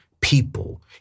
people